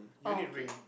okay